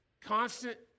constant